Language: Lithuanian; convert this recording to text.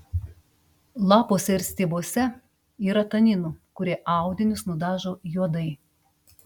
lapuose ir stiebuose yra taninų kurie audinius nudažo juodai